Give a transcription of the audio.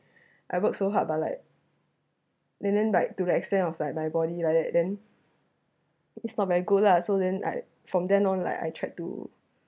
I worked so hard but like and then like to the extent of like my body like that then it's not very good lah so then I from then on like I tried to